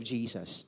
Jesus